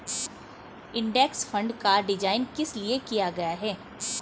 Index fund का design किस लिए किया गया है?